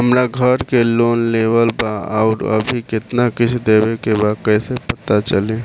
हमरा घर के लोन लेवल बा आउर अभी केतना किश्त देवे के बा कैसे पता चली?